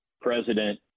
President